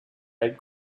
had